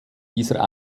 dieser